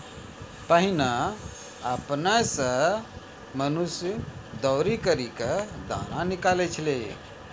पहिने आपने सें मनुष्य दौरी करि क दाना निकालै छलै